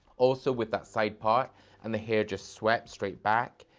also, with that side part and the hair just swept straight back,